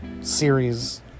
series